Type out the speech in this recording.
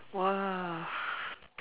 !wah!